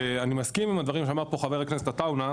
אני מסכים עם הדברים שאמר פה חבר הכנסת עטאונה,